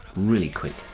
really quick,